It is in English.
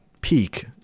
peak